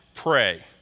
pray